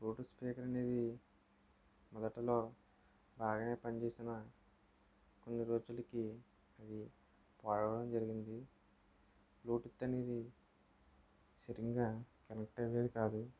Bluetooth speaker అనేది మొదట్లో బాగానే పనిచేసిన కొన్ని రోజులకి అది పాడవడం జరిగింది బ్లూటూత్ అనేది సరిగ కనెక్ట్ అయ్యేది కాదు